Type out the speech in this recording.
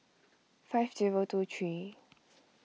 five zero two three